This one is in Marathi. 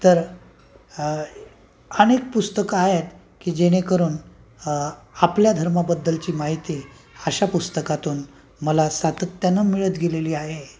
तर अनेक पुस्तकं आहेत की जेणेकरून आपल्या धर्माबद्दलची माहिती अशा पुस्तकातून मला सातत्याने मिळत गेलेली आहे